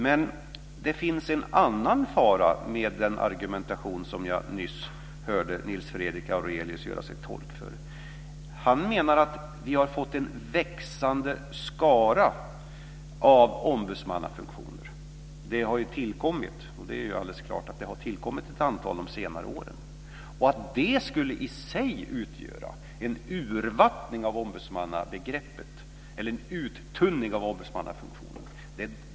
Det finns dock också en annan fara med den argumentation som jag nyss hörde Nils Fredrik Aurelius göra sig till tolk för. Han menar att vi har fått en växande skara av ombudsmannafunktioner - det är förvisso alldeles klart att ett antal sådana har tillkommit under de senaste åren - och att det i sig skulle utgöra en urvattning av ombudsmannabegreppet eller en uttunning av ombudsmannafunktionen.